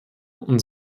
und